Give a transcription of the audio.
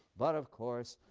but, of course,